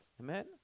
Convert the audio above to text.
Amen